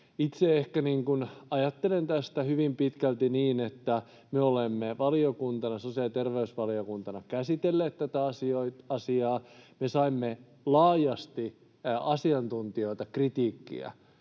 Itse ajattelen tästä hyvin pitkälti niin, että me olemme sosiaali- ja terveysvaliokuntana käsitelleet tätä asiaa, me saimme laajasti asiantuntijoilta kritiikkiä